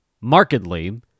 markedly